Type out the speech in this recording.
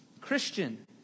Christian